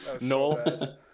No